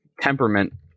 Temperament